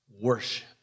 Worship